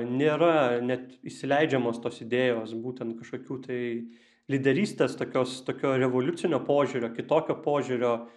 nėra net įsileidžiamos tos idėjos būtent kažkokių tai lyderystės tokios tokio revoliucinio požiūrio kitokio požiūrio